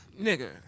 nigga